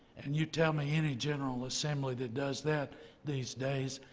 and you tell me any general assembly that does that these days.